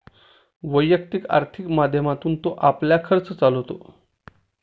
वैयक्तिक आर्थिक माध्यमातून तो आपला खर्च चालवतो